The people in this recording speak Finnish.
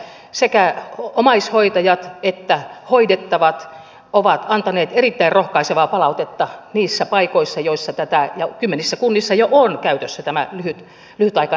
sekä omaishoitajat että hoidettavat ovat antaneet erittäin rohkaisevaa palautetta niissä paikoissa joissa tämä on ollut käytössä ja kymmenissä kunnissa jo on käytössä tämä lyhytaikainen perhehoito